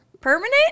permanent